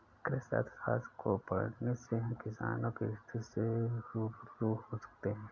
कृषि अर्थशास्त्र को पढ़ने से हम किसानों की स्थिति से रूबरू हो सकते हैं